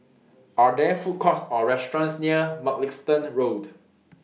Are There Food Courts Or restaurants near Mugliston Road